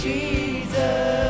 Jesus